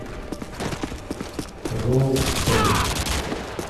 Ku ruk tei